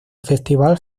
festival